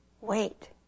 wait